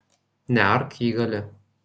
neark jei gali